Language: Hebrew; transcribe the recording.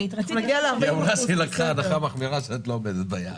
היא אמרה שהיא לקחה הנחה מחמירה שאת לא עומדת ביעד.